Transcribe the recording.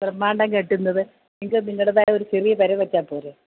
ബ്രഹ്മ്മാണ്ടം കെട്ടുന്നത് നിങ്ങൾക്ക് നിങ്ങളുടേതായിട്ടുള്ള ചെറിയ പുര വെച്ചാൽ പോരെ